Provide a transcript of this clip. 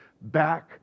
back